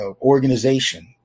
organization